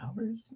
hours